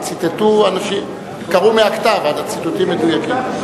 קראו מהכתב, הציטוטים מדויקים.